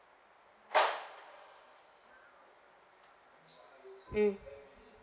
mm